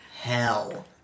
hell